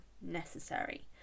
necessary